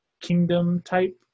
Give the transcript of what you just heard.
kingdom-type